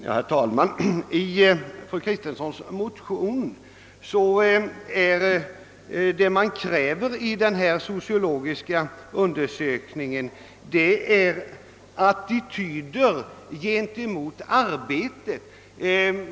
Herr talman! I fru Kristenssons motion krävs en sociologisk undersökning om attityder till arbete.